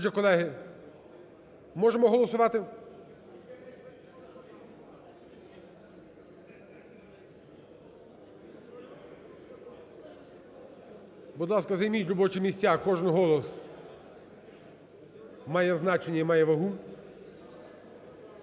Отже, колеги, можемо голосувати? Будь ласка, займіть робочі місця. Кожен голос має значення і має вагу.